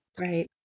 right